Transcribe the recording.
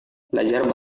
belajar